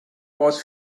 was